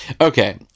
Okay